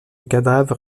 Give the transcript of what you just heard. cadavre